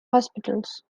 hospitals